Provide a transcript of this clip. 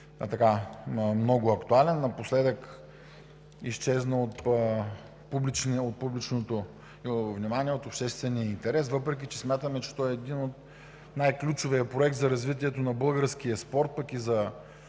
много актуален. Той напоследък изчезна от публичното внимание, от обществения интерес, въпреки че смятаме, че е най-ключовият проект за развитието на българския спорт и